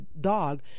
dog